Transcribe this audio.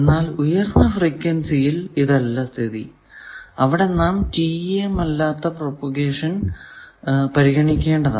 എന്നാൽ ഉയർന്ന ഫ്രീക്വെൻസിയിൽ ഇതല്ല സ്ഥിതി അവിടെ നാം TEM അല്ലാത്ത പ്രൊപഗേഷൻ പരിഗണിക്കേണ്ടതാണ്